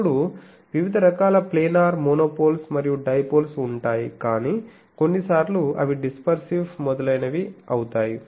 అప్పుడు వివిధ రకాల ప్లానర్ మోనోపోల్స్ మరియు డైపోల్స్ ఉంటాయి కానీ కొన్నిసార్లు అవి డిస్పర్సివ్ మొదలైనవి అవుతాయి